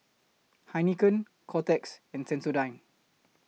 Heinekein Kotex and Sensodyne